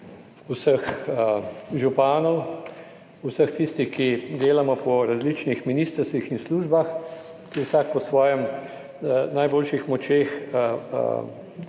županov, vseh tistih, ki delamo po različnih ministrstvih in službah, ki vsak po svojih najboljših močeh